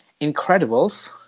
Incredibles –